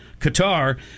Qatar